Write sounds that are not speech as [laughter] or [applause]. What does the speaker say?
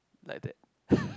like that [laughs]